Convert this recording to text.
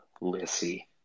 Lissy